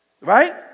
right